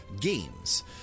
games